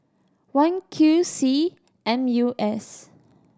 one Q C M U S